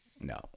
No